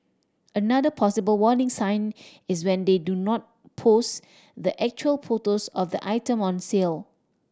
another possible warning sign is when they do not post the actual photos of the item on sale